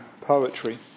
poetry